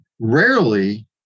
rarely